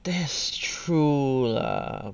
that's true lah